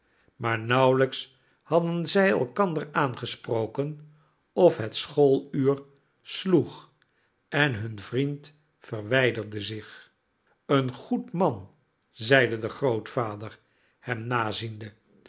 maar nauwelijks hadden zij elkander aangesproken of het schooluur sloeg en hun vriend verwijderde zich een goed man zeide de grootvader